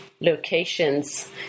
locations